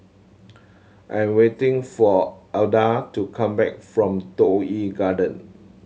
I am waiting for Alda to come back from Toh Yi Garden